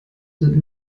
sind